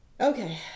Okay